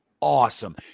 Awesome